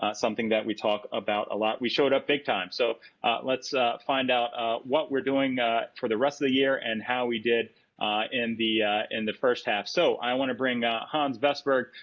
ah something that we talk about a lot. we showed up big time. so let's find out what we're doing for the rest of the year and how we did in the in the first half. so i want to bring hans vestberg,